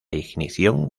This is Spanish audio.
ignición